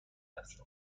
است